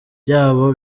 byabo